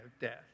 death